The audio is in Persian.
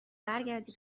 برگردی